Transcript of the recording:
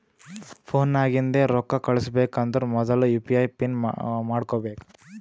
phone ನಾಗಿಂದೆ ರೊಕ್ಕಾ ಕಳುಸ್ಬೇಕ್ ಅಂದರ್ ಮೊದುಲ ಯು ಪಿ ಐ ಪಿನ್ ಮಾಡ್ಕೋಬೇಕ್